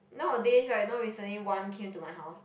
nowadays right you know recently one came to my house